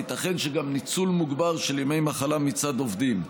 וייתכן שגם ניצול מוגבר של ימי מחלה מצד עובדים.